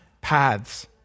paths